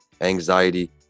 anxiety